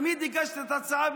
לפני שהגשתי את ההצעה,